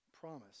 promise